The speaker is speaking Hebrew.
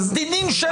נמשיך.